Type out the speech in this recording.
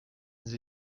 sie